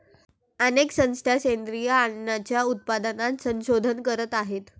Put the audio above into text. अनेक संस्था सेंद्रिय अन्नाच्या उत्पादनात संशोधन करत आहेत